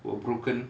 were broken